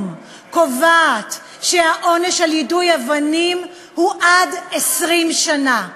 קובעת שהעונש על יידוי אבנים הוא עד 20 שנה.